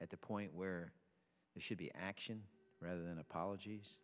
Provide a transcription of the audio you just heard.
at the point where it should be action rather than apologies